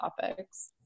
topics